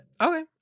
Okay